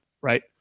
right